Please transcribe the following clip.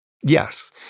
Yes